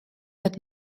het